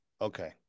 Okay